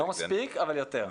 לא מספיק, אבל יותר.